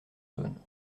saône